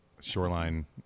Shoreline